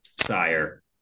sire